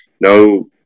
no